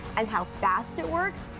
and how fast it works.